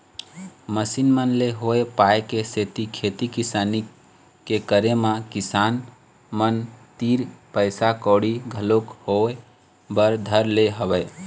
machine मन ले होय पाय के सेती खेती किसानी के करे म किसान मन तीर पइसा कउड़ी घलोक होय बर धर ले हवय